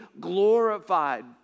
glorified